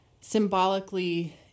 symbolically